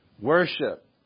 worship